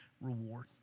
reward